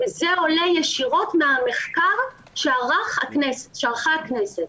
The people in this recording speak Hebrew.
זה עולה ישירות מהמחקר שערכה הכנסת.